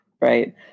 right